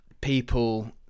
people